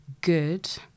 good